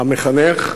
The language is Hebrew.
המחנך,